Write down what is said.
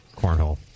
Cornhole